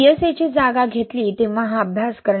CSA ची जागा घेतली तेव्हा हा अभ्यास करण्यात आला